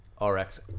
RX